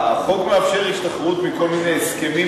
החוק מאפשר השתחררות מכל מיני הסכמים